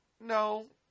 no